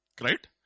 Right